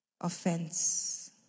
Offense